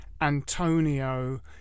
Antonio